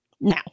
now